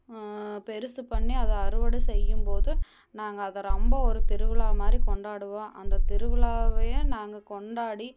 பெருசு பண்ணி அதை அறுவடை செய்யும்போது நாங்கள் அதை ரொம்ப ஒரு திருவிழா மாதிரி கொண்டாடுவோம் அந்த திருவிழாவையே நாங்கள் கொண்டாடி